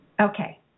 Okay